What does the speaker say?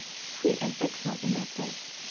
sweet and excellent in their place,